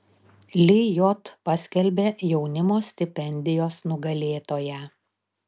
lijot paskelbė jaunimo stipendijos nugalėtoją